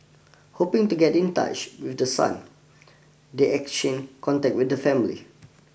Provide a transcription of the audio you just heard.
hoping to get in touch with the son they exchange contact with the family